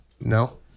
No